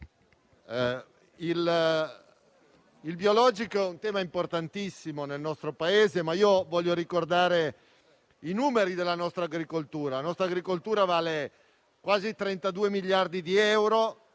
il biologico è un tema importantissimo per il nostro Paese, ma io vorrei ricordare i numeri della nostra agricoltura, che vale quasi 32 miliardi di euro;